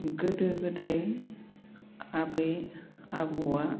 गोदो गोदाय आबै आबौआ